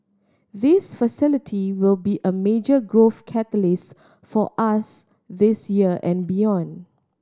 this facility will be a major growth catalyst for us this year and beyond